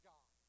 God